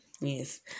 yes